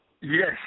Yes